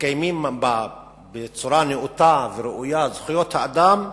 שמתקיימות בה בצורה נאותה וראויה זכויות אדם,